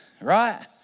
Right